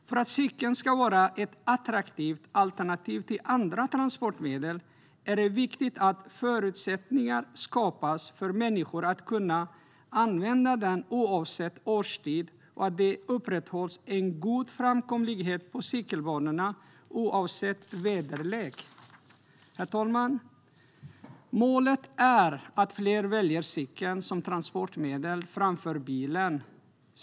För att cykeln ska vara ett attraktivt alternativ till andra transportmedel är det viktigt att förutsättningar skapas för människor att använda den oavsett årstid och att det upprätthålls en god framkomlighet på cykelbanorna oavsett väderlek. Herr talman! Målet är att fler väljer cykeln som transportmedel framför bilen.